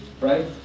right